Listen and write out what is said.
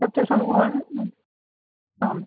तत्र समूह आम्